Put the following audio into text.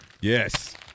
Yes